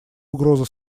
угрозу